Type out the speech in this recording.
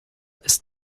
ist